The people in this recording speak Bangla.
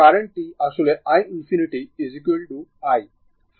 সুতরাং এই কারেন্ট টি আসলে i ∞ i